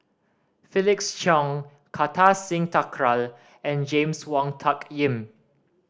Felix Cheong Kartar Singh Thakral and James Wong Tuck Yim